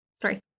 Three